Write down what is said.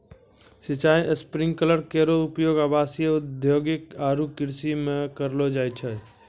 सिंचाई स्प्रिंकलर केरो उपयोग आवासीय, औद्योगिक आरु कृषि म करलो जाय छै